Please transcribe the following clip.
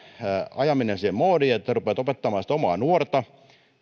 ajaminen siihen moodiin että rupeat opettamaan sitä omaa nuorta